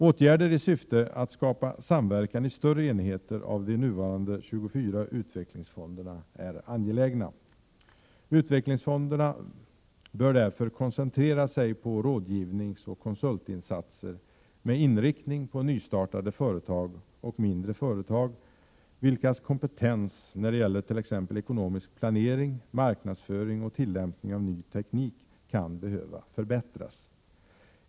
Åtgärder i syfte att skapa samverkan i större enheter av de nuvarande 24 utvecklingsfonderna är angelägna. Utvecklingsfonderna bör därför koncentrera sig på rådgivningsoch konsultinsatser med inriktning på nystartade företag och mindre företag, vilkas kompetens när det gäller t.ex. ekonomisk planering, marknadsföring och tillämpning av ny teknik kan behöva förbättras.